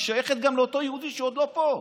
שייכת גם לאותו יהודי שעוד לא פה.